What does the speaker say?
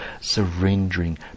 surrendering